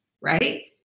right